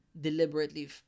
deliberately